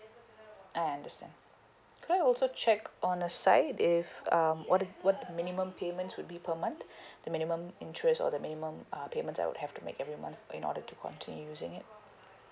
I understand could I also check on the site if um what the what minimum payment would be per month the minimum interest or the minimum uh payment I would have to make every month in order to continue using it